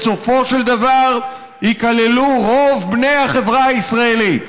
בסופו של דבר ייכללו רוב בני החברה הישראלית.